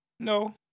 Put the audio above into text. No